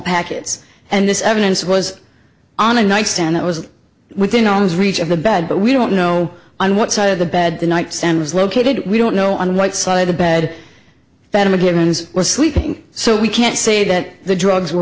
packets and this evidence was on a night stand that was within arm's reach of the bed but we don't know on what side of the bed the night sam was located we don't know on what side of the bed that immigrants were sleeping so we can't say that the drugs were